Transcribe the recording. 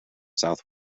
south